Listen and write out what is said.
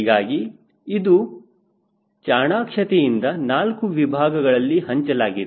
ಹೀಗಾಗಿ ಇದು ಚಾಣಾಕ್ಷತೆಯಿಂದ 4 ವಿಭಾಗಗಳಲ್ಲಿ ಹಂಚಲಾಗಿದೆ